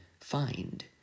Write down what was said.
find